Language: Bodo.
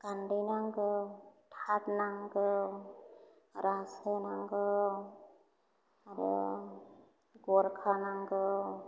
गान्दै नांगौ थाद नांगौ रासो नांगौ आरो गरखा नांगौ